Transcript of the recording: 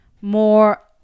more